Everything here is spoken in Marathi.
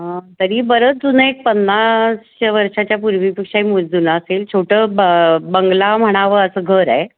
तरी बरंच जुनं एक पन्नासएक वर्षाच्या पूर्वीपेक्षाही जुना असेल छोटं ब बंगला म्हणावं असं घर आहे